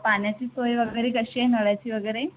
पाण्याची सोय वगैरे कशी आहे नळाची वगैरे